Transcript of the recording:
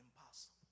impossible